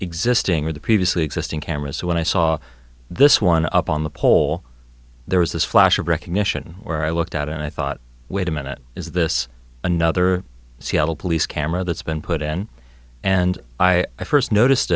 existing or the previously existing cameras so when i saw this one up on the pole there was this flash of recognition or i looked out and i thought wait a minute is this another seattle police camera that's been put in and i i first noticed